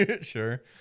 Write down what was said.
Sure